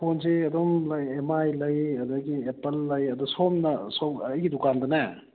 ꯐꯣꯟꯁꯦ ꯑꯗꯨꯝ ꯂꯩ ꯑꯦꯝ ꯃꯥꯏ ꯂꯩ ꯑꯗꯒꯤ ꯑꯦꯄꯜ ꯂꯩ ꯑꯗꯣ ꯁꯣꯝꯅ ꯁꯣꯝ ꯑꯩꯒꯤ ꯗꯨꯀꯥꯟꯗꯅꯦ